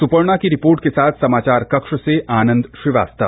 सुपर्णा की रिपोर्ट के साथ समाचार कक्ष से आनंद श्रीवास्त्व